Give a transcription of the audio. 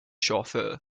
chauffeur